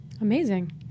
Amazing